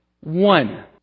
One